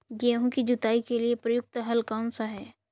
गेहूँ की जुताई के लिए प्रयुक्त हल कौनसा है?